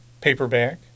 paperback